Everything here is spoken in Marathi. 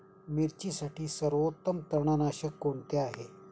मिरचीसाठी सर्वोत्तम तणनाशक कोणते आहे?